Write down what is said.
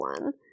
one